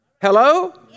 Hello